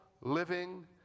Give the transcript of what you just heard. living